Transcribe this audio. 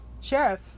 sheriff